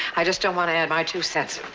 i just don't want to add my two cents.